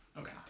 Okay